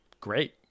great